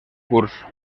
curs